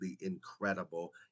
incredible